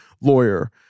lawyer